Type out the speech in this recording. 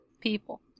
People